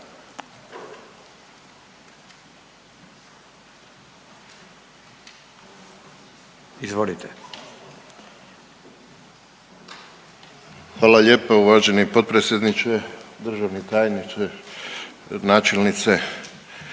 (HSU)** Hvala lijepa. Uvaženi potpredsjedniče, državni tajniče, načelnice.